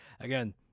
again